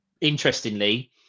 interestingly